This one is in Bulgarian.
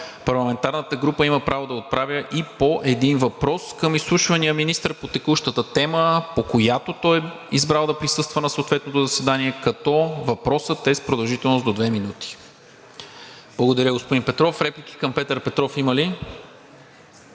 „Парламентарната група има право да отправя и по един въпрос към изслушвания министър по текущата тема, по която той е избрал да присъства на съответното заседание, като въпросът е с продължителност до 2 минути.“ Благодаря, господин Петров. Реплики към Петър Петров има ли?